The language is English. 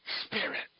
Spirit